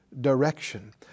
direction